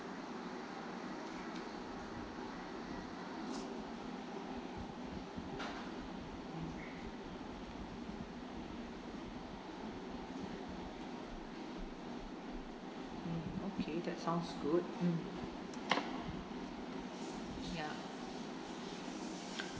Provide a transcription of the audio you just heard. mm mm okay that sounds good mm ya